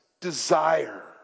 desire